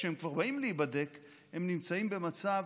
כשהם כבר באים להיבדק הם נמצאים במצב